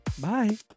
Bye